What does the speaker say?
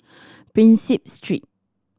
Prinsep Street